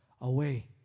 away